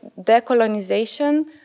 decolonization